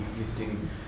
missing